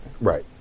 Right